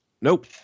Nope